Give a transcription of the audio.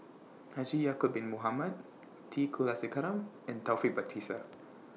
Haji Ya'Acob Bin Mohamed T Kulasekaram and Taufik Batisah